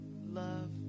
love